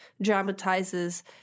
dramatizes